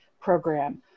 program